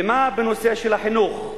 מה בנושא החינוך?